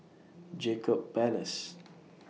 Jacob Ballas